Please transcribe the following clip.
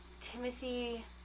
Timothy